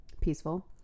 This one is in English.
peaceful